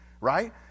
right